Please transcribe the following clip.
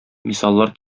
мисаллар